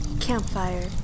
Campfire